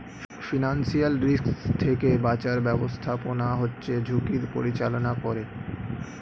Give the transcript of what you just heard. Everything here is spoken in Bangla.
ফিনান্সিয়াল রিস্ক থেকে বাঁচার ব্যাবস্থাপনা হচ্ছে ঝুঁকির পরিচালনা করে